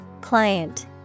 Client